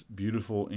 beautiful